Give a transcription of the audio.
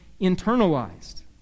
internalized